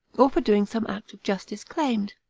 or for doing some act of justice claimed.